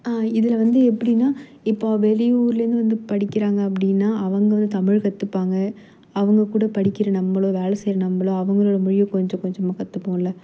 இதில் வந்து எப்படின்னா இப்போ வெளியூர்லேருந்து வந்து படிக்கிறாங்க அப்படின்னா அவங்களும் தமிழ் கற்றுப்பாங்க அவங்க கூட படிக்கிற நம்மளும் வேலை செய்யற நம்மளும் அவங்களோட மொழியை கொஞ்சம் கொஞ்சமாக கற்றுபோல்ல